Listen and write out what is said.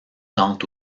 tente